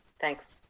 Thanks